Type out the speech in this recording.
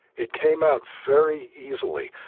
it came out very easily.